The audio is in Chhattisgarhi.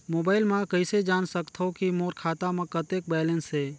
मोबाइल म कइसे जान सकथव कि मोर खाता म कतेक बैलेंस से?